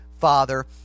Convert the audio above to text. Father